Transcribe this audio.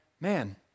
man